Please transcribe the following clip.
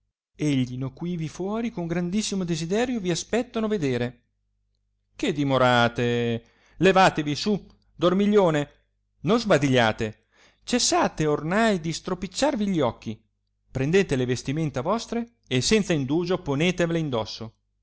eglino quivi fuori con grandissimo desiderio vi aspettano vedere che dimorate levatevi su dormiglione non sbadigliate cessate ornai di stropicciarvi gli occhi prendete le vestimenta vostre e senza indugio ponetevele in dosso